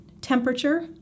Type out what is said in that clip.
temperature